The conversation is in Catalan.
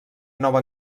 nova